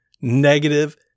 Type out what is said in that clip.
negative